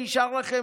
לחודש.